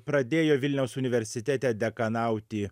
pradėjo vilniaus universitete dekanauti